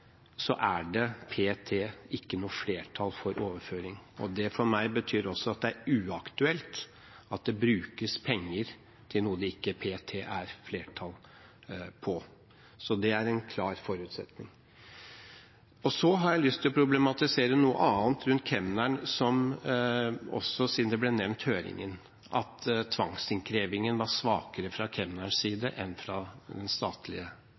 så er det p.t. ikke noe flertall for overføring. For meg betyr det at det også er uaktuelt at det brukes penger til noe det p.t. ikke er flertall for. Det er en klar forutsetning. Så har jeg lyst til å problematisere noe annet rundt kemneren – siden høringen ble nevnt – at tvangsinnkrevingen var svakere fra kemnerens side enn fra den statlige